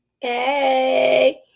Hey